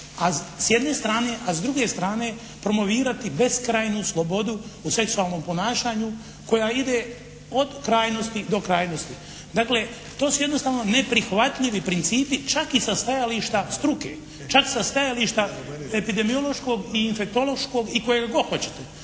s jedne strane, a s druge strane promovirati beskrajnu slobodu u seksualnom ponašanju koja ide od krajnosti do krajnosti. Dakle, to su jednostavno neprihvatljivi principi čak i sa stajališta struke, čak sa stajališta epidemiološkog, infektološkog i kojeg god hoćete.